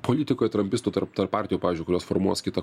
politikoj trampistų tarp tarp partijų pavyzdžiui kurios formuos kitą